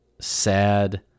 sad